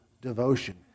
devotion